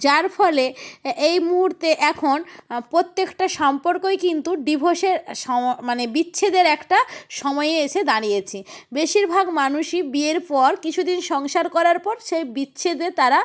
যার ফলে এই মুহুর্তে এখন পোত্যেকটা সম্পর্কই কিন্তু ডিভোর্সের সম মানে বিচ্ছেদের একটা সময়ে এসে দাঁড়িয়েছে বেশিরভাগ মানুষই বিয়ের পর কিছু দিন সংসার করার পর সেই বিচ্ছেদে তারা